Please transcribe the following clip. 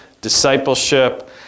discipleship